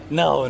no